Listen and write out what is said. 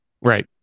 Right